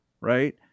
right